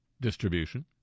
distribution